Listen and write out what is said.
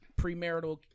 premarital